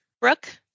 Brooke